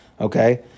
Okay